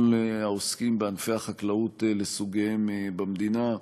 העוסקים בענפי החקלאות לסוגיהם במדינה,